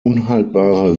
unhaltbare